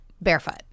Barefoot